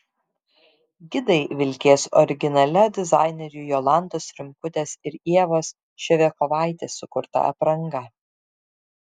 gidai vilkės originalia dizainerių jolantos rimkutės ir ievos ševiakovaitės sukurta apranga